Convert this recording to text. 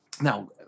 Now